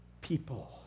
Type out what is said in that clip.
people